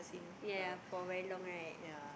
ya ya for very long right